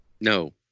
No